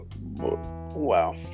Wow